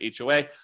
HOA